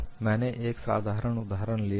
मैंने एक साधारण उदाहरण लिया है